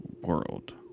world